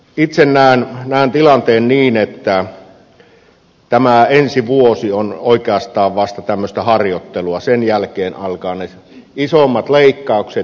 itse näen tilanteen niin että ensi vuosi on oikeastaan vasta tämmöistä harjoittelua sen jälkeen alkavat ne isommat leikkaukset